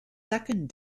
second